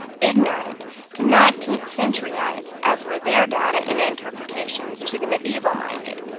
ignorant to nineteenth-centuryites as were their data and interpretations to the medieval-minded.